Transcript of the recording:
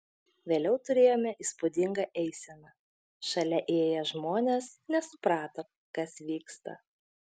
vėliau turėjome įspūdingą eiseną šalia ėję žmonės nesuprato kas vyksta